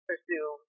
pursue